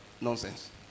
nonsense